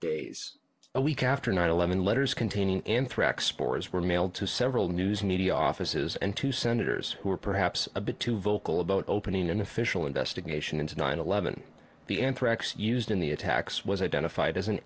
days a week after nine eleven letters containing anthrax spores were mailed to several news media offices and two senators who were perhaps a bit too vocal about opening an official investigation into nine eleven the anthrax used in the attacks was identified as an